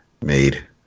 made